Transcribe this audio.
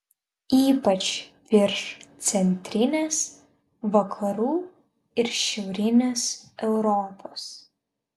ypač virš centrinės vakarų ir šiaurinės europos